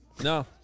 No